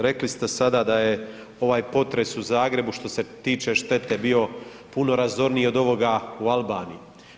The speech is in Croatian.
Rekli ste sada da je ovaj potres u Zagrebu što se tiče štete bio puno razorniji od ovoga u Albaniji.